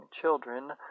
children